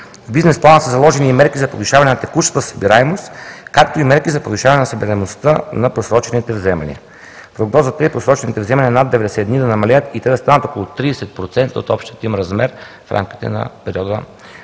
В бизнес-плана са заложени и мерки за повишаване на текущата събираемост, както и мерки за повишаване събираемостта на просрочените вземания. Прогнозата е просрочените вземания над 90 дни да намалеят и те да станат около 30% от общия им размер в рамките на